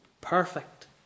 Perfect